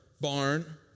barn